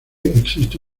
existe